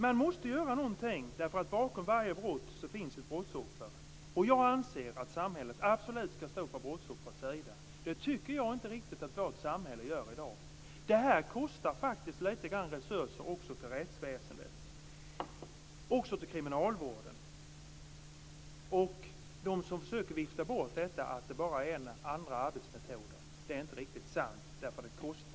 Man måste göra någonting, eftersom det bakom varje brott finns ett brottsoffer. Jag anser att samhället absolut skall stå på brottsoffrets sida. Jag tycker inte riktigt att vårt samhälle gör det i dag. Det här kostar faktiskt också i fråga om att en del resurser måste gå till rättsväsendet och kriminalvården. En del försöker vifta bort det och säger att det bara handlar om andra arbetsmetoder. Det är inte riktigt sant. Det här kostar.